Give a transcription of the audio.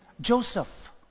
Joseph